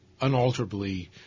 unalterably